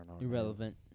Irrelevant